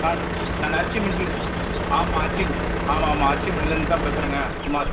நான் நான் அரிசி மண்டியில் ஆமாம் ஆமாம் அரிசி ஆமாம் ஆமாம் அரிசி மண்டிலேருந்து தான் பேசுகிறேங்க குமார்